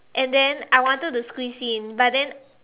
and then I wanted to squeeze in but then